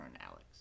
Alex